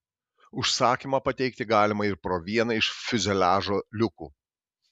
užsakymą pateikti galima ir pro vieną iš fiuzeliažo liukų